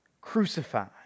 crucified